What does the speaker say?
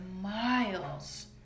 miles